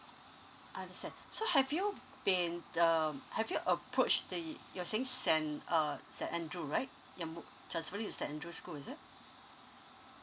understand so have you been uh have you approach the you're saying saint uh saint andrew right you're mo~ transferring to saint andrew school is it